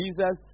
Jesus